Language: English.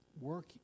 Work